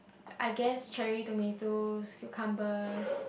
I guess cherry tomatoes cucumbers